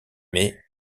mais